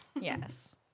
yes